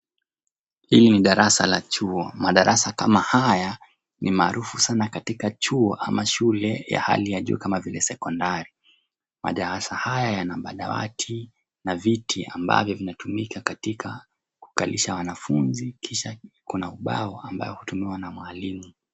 Hili ni darasa la chuo. Madarasa kama haya ni maarufu sana katika chuo ama shule ya hali ya juu kama vile sekondari . Madarasa haya yana madawati na viti ambavyo vinatumika katika kukalisha wanafunzi, kisha kuna ubao ambao hutumiwa na mwalimu.